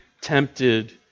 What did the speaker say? tempted